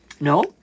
No